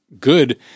good